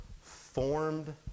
formed